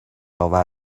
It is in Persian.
آور